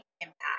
impact